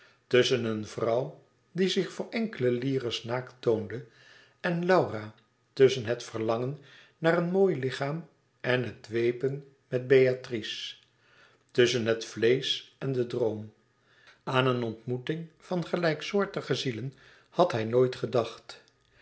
tusschen een vrouw die zich voor enkele lires naakt toonde en laura tusschen het verlangen naar een mooi lichaam en het dwepen met beatrice tusschen het vleesch en de droom aan eene ontmoeting van gelijksoortige zielen had hij nooit gedacht